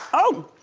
oh!